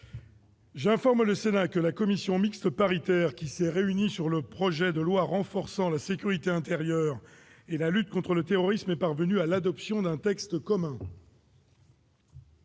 J'informe le Sénat que la commission mixte paritaire qui s'est réunie sur le projet de loi renforçant la sécurité intérieure et la lutte contre le terrorisme est parvenue à l'adoption d'un texte commun.